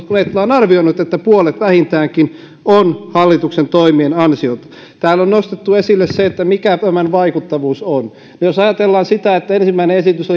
kun etla on arvioinut että puolet vähintäänkin on hallituksen toimien ansiota täällä on nostettu esille se mikä tämän vaikuttavuus on jos ajatellaan sitä että ensimmäinen esitys